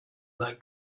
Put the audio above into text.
that